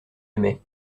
aimais